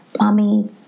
mommy